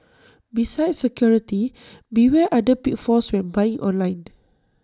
besides security beware other pitfalls when buying online